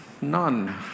none